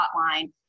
hotline